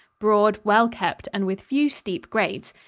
broad, well kept and with few steep grades.